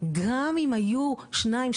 גם אם היו שניים,